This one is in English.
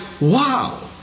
wow